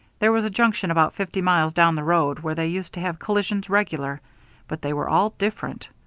there was a junction about fifty miles down the road where they used to have collisions regular but they were all different.